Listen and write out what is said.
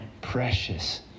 precious